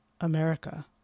America